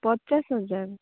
ପଚାଶ ହଜାର